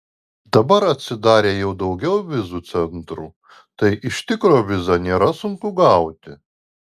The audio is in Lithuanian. dabar atsidarė jau daugiau vizų centrų tai iš tikro vizą nėra sunku gauti